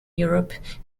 europe